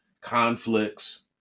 conflicts